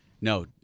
No